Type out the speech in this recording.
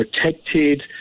protected